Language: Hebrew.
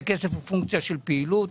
וכסף הוא פונקציה של פעילות.